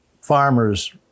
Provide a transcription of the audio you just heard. farmers